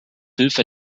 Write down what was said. hilfe